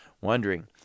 wondering